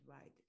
right